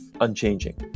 unchanging